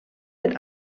mit